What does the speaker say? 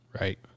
Right